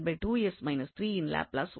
யின் லாப்லஸ் உள்ளது